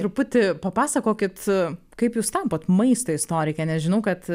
truputį papasakokit kaip jūs tampat maisto istorike nes žinau kad